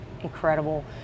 incredible